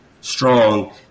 strong